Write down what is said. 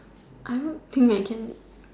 I work team and can